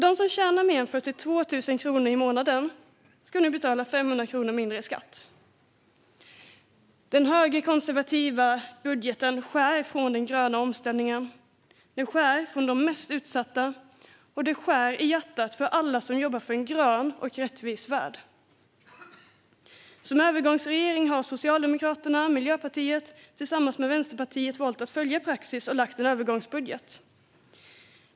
De som tjänar mer än 42 000 kronor i månaden ska nu betala 500 kronor mindre i skatt. Den högerkonservativa budgeten skär från den gröna omställningen. Den skär från de mest utsatta, och den skär i hjärtat på alla som jobbar för en grön och rättvis värld. Som övergångsregering har Socialdemokraterna och Miljöpartiet tillsammans med Vänsterpartiet valt att följa praxis och lagt fram en övergångsbudget.